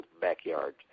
backyard